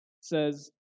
says